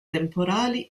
temporali